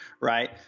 right